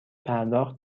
پرداخت